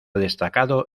destacado